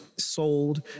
sold